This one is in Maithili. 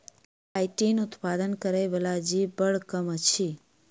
काइटीन उत्पन्न करय बला जीव बड़ कम अछि